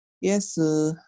Yes